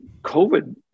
COVID